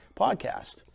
podcast